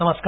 नमस्कार